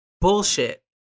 bullshit